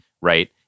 right